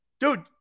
Dude